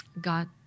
God